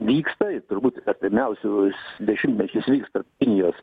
vyksta ir turbūt artimiausius dešimtmečius vyks kinijos